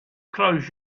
close